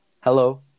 Hello